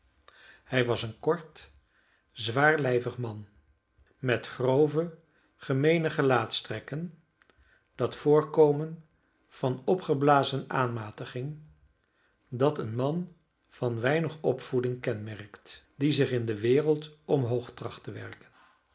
hij was een kort zwaarlijvig man met grove gemeene gelaatstrekken en dat voorkomen van opgeblazen aanmatiging dat een man van weinig opvoeding kenmerkt die zich in de wereld omhoog tracht te werken